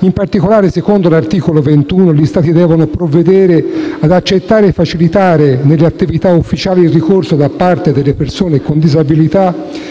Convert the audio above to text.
In particolare, secondo l'articolo 21, della stessa gli Stati devono provvedere ad accettare e facilitare nelle attività ufficiali il ricorso, da parte delle persone con disabilità,